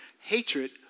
Hatred